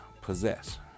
possess